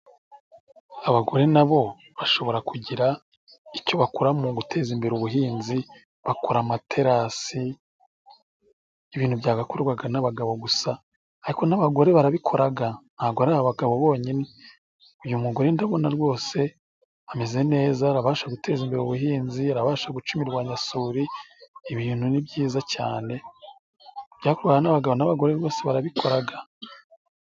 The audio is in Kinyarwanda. Abagore na bo bashobora kugira icyo bakora mu guteza imbere ubuhinzi bakora amaterasi, ibintu byagakorwaga n'abagabo gusa ariko n'abagore barabikoraga ntago ari abagabo bonyine. Uyu mugore ndabona rwose ameze neza, arabasha guteza imbere ubuhinzi, arabasha guca imirwanyasuri, ibintu ni byiza cyane, byakorwaga n'abagabo, n'abagore rwose barabikoraga.